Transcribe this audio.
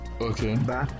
okay